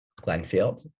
Glenfield